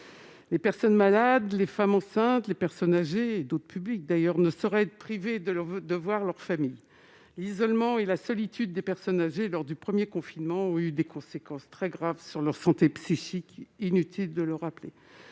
Les personnes malades, les femmes enceintes, les personnes âgées, comme d'autres publics d'ailleurs, ne sauraient être privées de voir leur famille. Il est inutile de rappeler que l'isolement et la solitude des personnes âgées lors du premier confinement ont eu des conséquences très graves sur leur santé psychique. Il convient